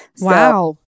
Wow